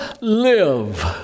live